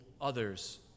others